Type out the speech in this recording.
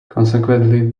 consequently